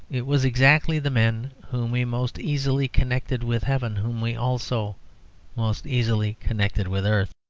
it was exactly the men whom we most easily connected with heaven whom we also most easily connected with earth.